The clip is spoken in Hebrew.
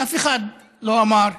ואף אחד לא אמר,